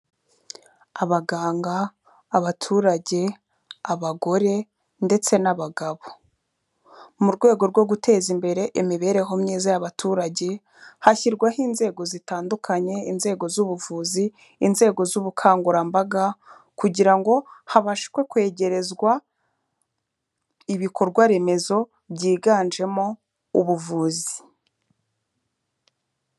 Abaganga, abaturage, abagore ndetse n'abagabo. Mu rwego rwo guteza imbere imibereho myiza y'abaturage hashyirwaho inzego zitandukanye, inzego z'ubuvuzi, inzego z'ubukangurambaga kugira ngo habashe kwegerezwa ibikorwaremezo byiganjemo ubuvuzi.